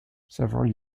several